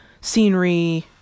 scenery